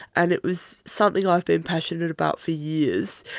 and it was something i've been passionate about for years.